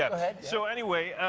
ahead. so, anyway.